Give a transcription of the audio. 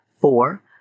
Four